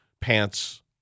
pants